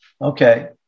okay